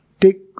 Take